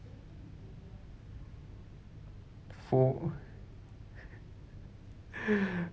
for